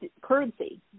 currency